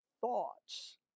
thoughts